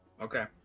Okay